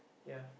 ya